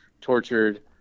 tortured